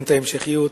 אין המשכיות,